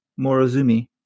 Morozumi